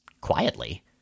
quietly